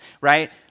right